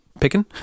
picking